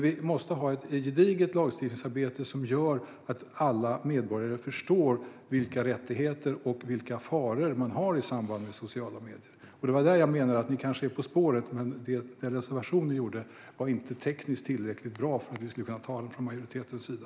Vi måste ha ett gediget lagstiftningsarbete som gör att alla medborgare förstår vilka rättigheter och faror som finns med sociala medier. Där menar jag att ni kanske är på rätt spår, men reservationen är inte tekniskt tillräckligt bra för att vi ska ansluta oss till den från majoritetens sida.